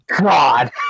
God